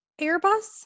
Airbus